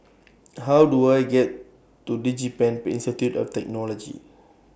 How Do I get to Digipen been Institute of Technology